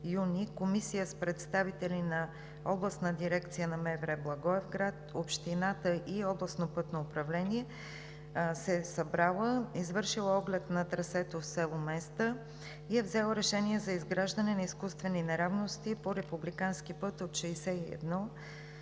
комисия с представители на Областна дирекция на МВР – Благоевград, Общината и Областно пътно управление се е събрала, извършила е оглед на трасето в село Места и е взела решение за изграждане на изкуствени неравности по републикански път от км